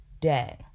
day